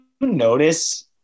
notice